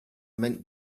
meant